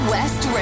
West